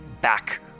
back